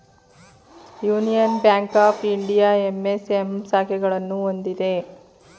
union bank of India MSM ಶಾಖೆಗಳನ್ನು ಹೊಂದಿದೆ